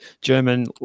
German